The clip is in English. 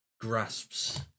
grasps